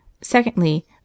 Secondly